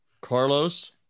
Carlos